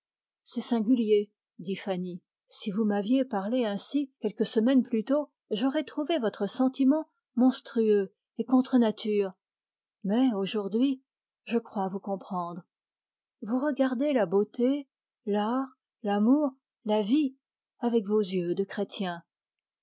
c'est singulier dit fanny si vous m'aviez parlé ainsi quelques semaines plus tôt j'aurais trouvé votre sentiment monstrueux et contre nature mais aujourd'hui je crois vous comprendre vous regardez la beauté l'art l'amour la vie avec vos yeux de chrétien